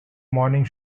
morning